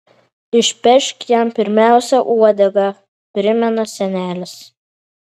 išpešk jam pirmiausia uodegą primena senelis